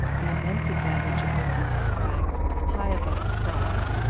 the immense advantage of lifting the spraggs high above the frusks,